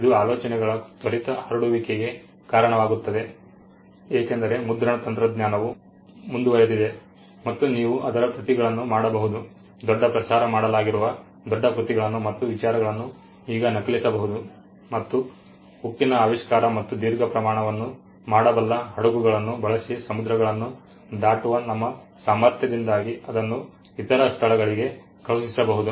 ಇದು ಆಲೋಚನೆಗಳ ತ್ವರಿತ ಹರಡುವಿಕೆಗೆ ಕಾರಣವಾಗುತ್ತದೆ ಏಕೆಂದರೆ ಮುದ್ರಣ ತಂತ್ರಜ್ಞಾನವು ಮುಂದುವರೆದಿದೆ ಮತ್ತು ನೀವು ಅದರ ಪ್ರತಿಗಳನ್ನು ಮಾಡಬಹುದು ದೊಡ್ಡ ಪ್ರಸಾರ ಮಾಡಲಾಗಿರುವ ದೊಡ್ಡ ಕೃತಿಗಳನ್ನು ಮತ್ತು ವಿಚಾರಗಳನ್ನು ಈಗ ನಕಲಿಸಬಹುದು ಮತ್ತು ಉಕ್ಕಿನ ಆವಿಷ್ಕಾರ ಮತ್ತು ದೀರ್ಘ ಪ್ರಯಾಣವನ್ನು ಮಾಡಬಲ್ಲ ಹಡಗುಗಳನ್ನು ಬಳಸಿ ಸಮುದ್ರಗಳನ್ನು ದಾಟುವ ನಮ್ಮ ಸಾಮರ್ಥ್ಯದಿಂದಾಗಿ ಅದನ್ನು ಇತರ ಸ್ಥಳಗಳಿಗೆ ಕಳುಹಿಸಬಹುದು